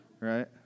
Right